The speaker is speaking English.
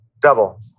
Double